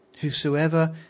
Whosoever